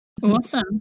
Awesome